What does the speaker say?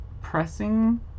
pressing